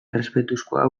errespetuzkoa